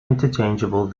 interchangeable